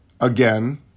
again